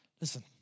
Listen